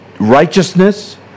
righteousness